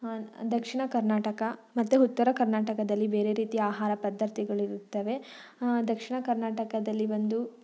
ದಕ್ಷಿಣ ಕರ್ನಾಟಕ ಮತ್ತು ಉತ್ತರ ಕರ್ನಾಟಕದಲ್ಲಿ ಬೇರೆ ರೀತಿಯ ಆಹಾರ ಪದ್ಧತಿಗಳಿರುತ್ತವೆ ದಕ್ಷಿಣ ಕರ್ನಾಟಕದಲ್ಲಿ ಬಂದು